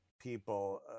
people